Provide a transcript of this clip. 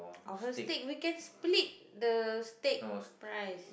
or her steak we can split the steak price